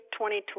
2012